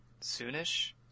soonish